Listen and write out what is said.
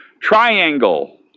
Triangle